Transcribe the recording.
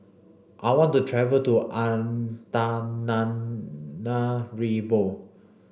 I want to travel to Antananarivo